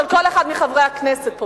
של כל אחד מחברי הכנסת פה,